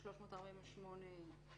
348(א),